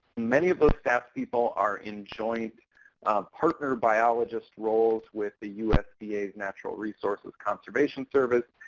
many of those staff people are in joint partner biologist roles with the usda's natural resources conservation service.